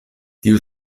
tiu